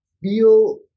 feel